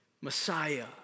Messiah